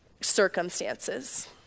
circumstances